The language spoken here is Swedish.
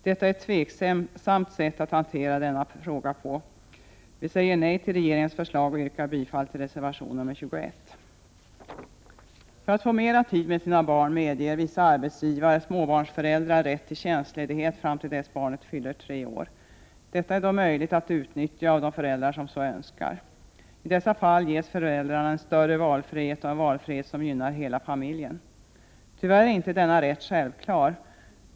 Detta är ett tveksamt sätt att hantera denna fråga på. Vi säger nej till regeringens förslag och yrkar bifall till reservation nr 21. För att få mera tid med sina barn medger vissa arbetsgivare småbarnsföräldrar rätt till tjänstledighet fram till dess att barnet fyller tre år. För de föräldrar som så önskar är det möjligt att utnyttja denna rätt till ledighet. I dessa fall ges föräldrarna en större valfrihet, en valfrihet som gynnar hela familjen. Tyvärr är inte denna rätt självklar.